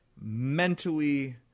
mentally